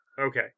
Okay